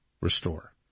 restore